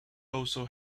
also